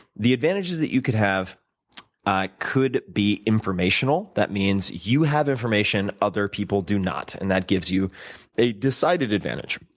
the advantages you could have ah could be informational that means you have information other people do not and that gives you a decided advantage.